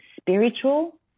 spiritual